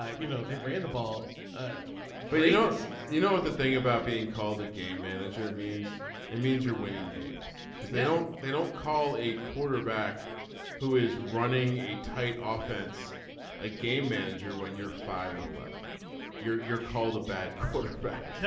you know they've ran the ball but he notices you know the thing about being called a game manager means it means you're winning games because they don't they don't call a quarterback who is running a tight offense a game manager when you're five and eleven you're you're called a bad quarterback.